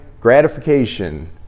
gratification